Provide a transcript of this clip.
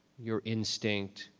your instinct,